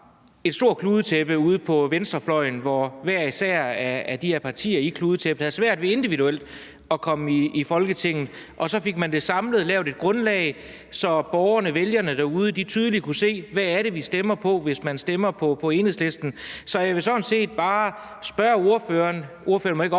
et stort kludetæppe ude på venstrefløjen, hvor hvert af de her partier i kludetæppet havde svært ved individuelt at komme i Folketinget. Så fik man det samlet og lavet et grundlag, så borgerne, vælgerne derude, tydeligt kunne se, hvad det er, man stemmer på, hvis man stemmer på Enhedslisten. Så jeg vil sådan set bare spørge ordføreren – og ordføreren må ikke opfatte